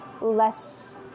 less